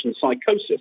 psychosis